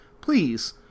please